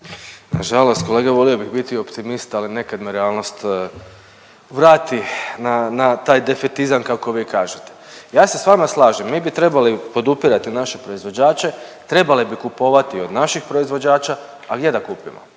Na žalost kolega volio bih biti optimista ali nekad me realnost vrati na taj defetizam kako vi kažete. Ja se sa vama slažem. Mi bi trebali podupirati naše proizvođače, trebali bi kupovati od naših proizvođača. A gdje da kupimo?